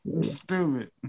Stupid